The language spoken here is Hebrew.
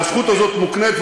והזכות הזאת מוקנית,